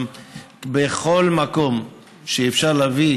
בכל מקום שאפשר להביא